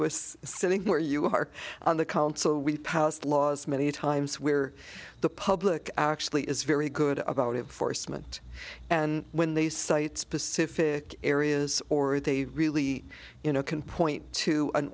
was sitting where you are on the council we passed laws many times where the public actually is very good about it for cement and when they cite specific areas or they really you know can point to an